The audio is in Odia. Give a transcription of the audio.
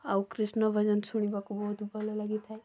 ଆଉ କୃଷ୍ଣ ଭଜନ ଶୁଣିବାକୁ ବହୁତ ଭଲ ଲାଗିଥାଏ